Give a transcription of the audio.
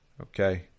Okay